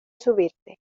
subirte